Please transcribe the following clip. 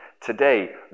Today